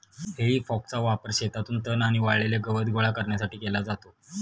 हेई फॉकचा वापर शेतातून तण आणि वाळलेले गवत गोळा करण्यासाठी केला जातो